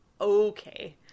Okay